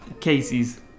Casey's